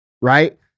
right